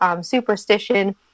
superstition